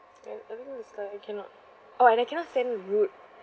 e~ everything was so I cannot oh and I cannot stand rude